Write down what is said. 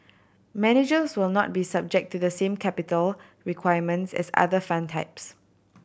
managers will not be subject to the same capital requirements as other fund types